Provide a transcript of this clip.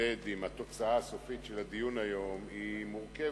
להתמודד עם התוצאה הסופית של הדיון היום היא מורכבת,